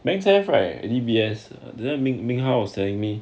banks have right at D_B_S ming hao was telling me